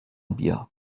بیا